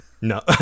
no